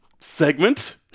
segment